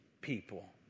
people